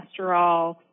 cholesterol